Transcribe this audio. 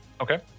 Okay